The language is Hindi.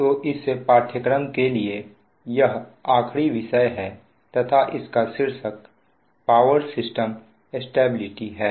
तो इस पाठ्यक्रम के लिए यह आखरी विषय है तथा इसका शीर्षक पावर सिस्टम स्टेबिलिटी है